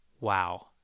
wow